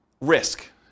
risk